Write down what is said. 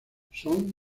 son